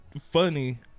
funny